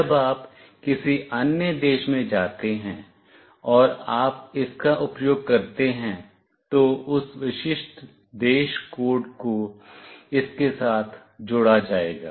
जब आप किसी अन्य देश में जाते हैं और आप इसका उपयोग करते हैं तो उस विशिष्ट देश कोड को इसके साथ जोड़ा जाएगा